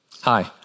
Hi